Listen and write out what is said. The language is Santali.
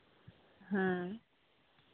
ᱦᱮᱸ